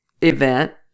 event